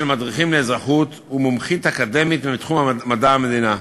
מדריכים לאזרחות ומומחית אקדמית מתחום מדע המדינה.